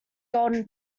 golden